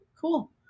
cool